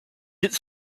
its